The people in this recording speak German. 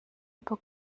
über